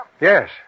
Yes